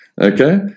Okay